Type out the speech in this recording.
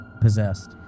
possessed